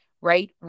right